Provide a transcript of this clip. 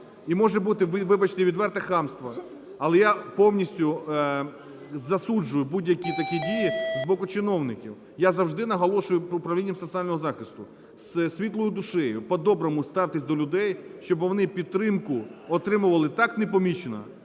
і може бути, вибачте, відверте хамство. Але я повністю засуджую будь-які такі дії з боку чиновників. Я завжди наголошую управлінням соціального захисту – з світлою душею, по-доброму ставтесь до людей, щоби вони підтримку отримували так непомічено,